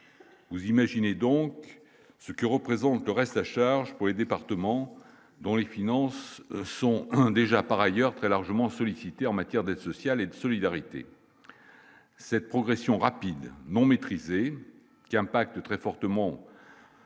vous imaginez donc ce que représente le reste à charge pour les départements dont les finances sont un déjà par ailleurs très largement sollicitées en matière de social et de solidarité, cette progression rapide non maîtrisée qui impacte très fortement.